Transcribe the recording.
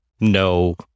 no